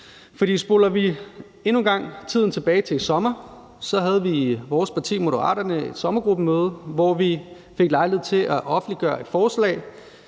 spoler vi endnu en gang tiden tilbage til i sommer, havde vi i vores parti, Moderaterne, et sommergruppemøde, hvor vi fik lejlighed til at offentliggøre et forslag,